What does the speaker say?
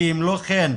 כי אם לא כן,